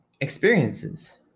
experiences